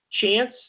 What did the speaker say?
chance